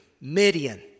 Midian